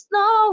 no